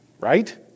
Right